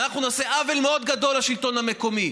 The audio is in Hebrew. ואנחנו נעשה עוול מאוד גדול לשלטון המקומי.